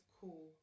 Cool